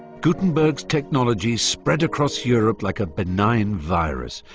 gutenberg's technology spread across europe like a benign virus.